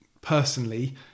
personally